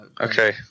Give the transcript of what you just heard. okay